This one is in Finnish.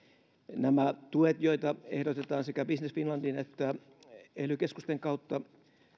nämä tuet joita ehdotetaan sekä business finlandin että ely keskusten kautta